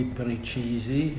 precisi